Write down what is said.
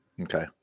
Okay